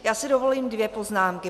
Já si dovolím dvě poznámky.